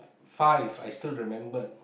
five I still remembered